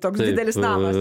toks didelis namas